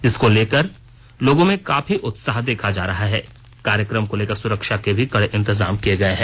जिसको लेकर लोगों में काफी उत्साह देखा जा रहा है कार्यकम को लेकर सुरक्षा के भी कड़े इंतजाम किए गए हैं